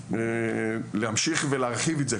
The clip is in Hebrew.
להמשיך ולהרחיב את זה.